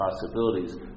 possibilities